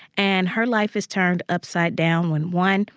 and her life is turned upside down when, one,